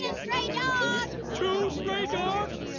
stray dog. two stray dogs?